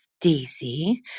Stacy